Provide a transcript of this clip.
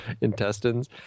intestines